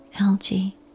algae